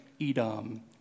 Edom